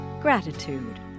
gratitude